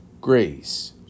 Grace